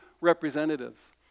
representatives